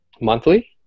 monthly